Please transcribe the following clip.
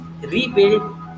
rebuild